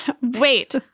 Wait